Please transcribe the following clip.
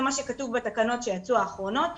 זה מה שכתוב בתקנות האחרונות שיצאו,